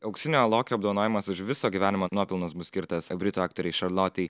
auksinio lokio apdovanojimas už viso gyvenimo nuopelnus bus skirtas britų aktorei šarlotei